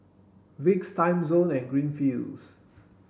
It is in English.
Vicks Timezone and Greenfields